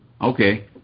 Okay